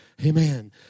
Amen